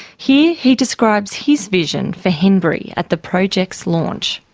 he he describes his vision for henbury at the project's launch.